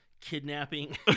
Kidnapping